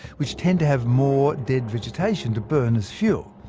which tend to have more dead vegetation to burn as fuel.